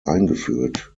eingeführt